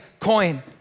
coin